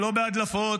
לא בהדלפות,